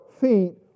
feet